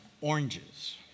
oranges